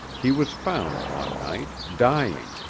he was found one night, dying,